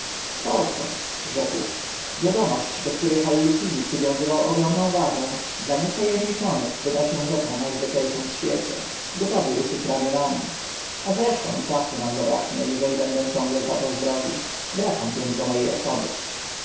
co rzekł wiadomość do które hallucini przywiązywał ogromną wagę dla niewta emniczonych wyda się rzeczą na zwykle szą w świecie gotowi ruszyć ramionami a zresztą i czasu nam zabraknie eżeli będę ciągle zbaczał z drogi wracam więc do mo e osoby